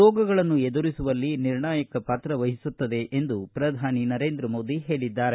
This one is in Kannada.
ರೋಗಗಳನ್ನು ಎದುರಿಸುವಲ್ಲಿ ನಿರ್ಣಾಯಕ ಪಾತ್ರ ವಹಿಸುತ್ತದೆ ಎಂದು ಪ್ರಧಾನಿ ನರೇಂದ್ರ ಮೋದಿ ಹೇಳಿದ್ದಾರೆ